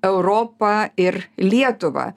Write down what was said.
europą ir lietuvą